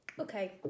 Okay